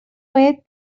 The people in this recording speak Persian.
باید